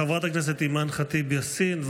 חברת הכנסת אימאן ח'טיב יאסין.